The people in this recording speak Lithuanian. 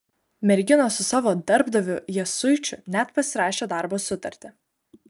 merginos su savo darbdaviu jasuičiu net pasirašė darbo sutartį